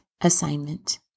assignment